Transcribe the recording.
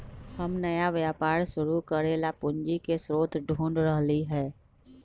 हम नया व्यापार शुरू करे ला पूंजी के स्रोत ढूढ़ रहली है